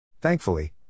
Thankfully